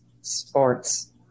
sports